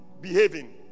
behaving